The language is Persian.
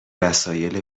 وسایل